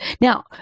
Now